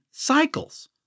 cycles